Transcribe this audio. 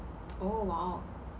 oh !wow!